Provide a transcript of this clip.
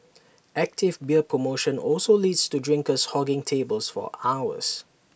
active beer promotion also leads to drinkers hogging tables for hours